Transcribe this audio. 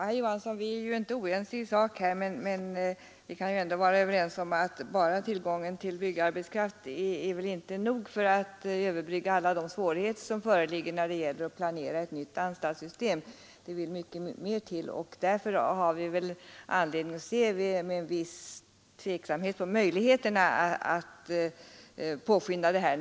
Herr talman! Vi är inte oense i sak, herr Johansson i Växjö, men bara tillgången på byggarbetskraft är väl inte nog för att överbrygga alla de svårigheter som föreligger när det gäller att planera ett nytt anstaltssystem — det vill till mycket mer. Därför har vi anledning att se med en viss tveksamhet på möjligheterna att nämnvärt påskynda det här.